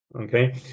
Okay